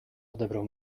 odebrał